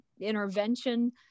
intervention